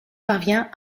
parvient